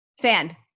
Sand